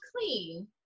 clean